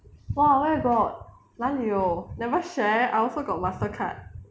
!wah! where got 哪里有 never share I also got Mastercard